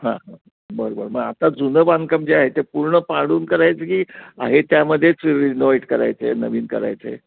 हां हां बरं बरं मग आता जुनं बांधकाम जे आहे ते पूर्ण पाडून करायचं की आहे त्यामध्येच रिनोवेट करायचं आहे नवीन करायचं आहे